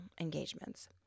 engagements